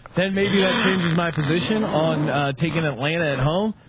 then maybe that changes my position on taking atlanta at home.